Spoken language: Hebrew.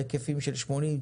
בהיקפים של 80%,